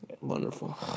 wonderful